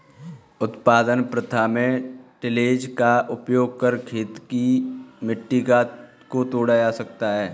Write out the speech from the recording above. उत्पादन प्रथा में टिलेज़ का उपयोग कर खेत की मिट्टी को तोड़ा जाता है